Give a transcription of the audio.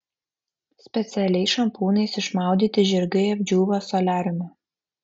specialiais šampūnais išmaudyti žirgai apdžiūva soliariume